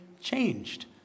changed